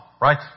Right